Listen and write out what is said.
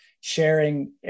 sharing